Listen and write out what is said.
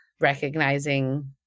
recognizing